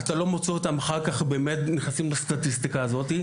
היו יכולים להיכנס לסטטיסטיקה הזאת.